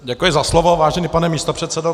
Děkuji za slovo, vážený pane místopředsedo.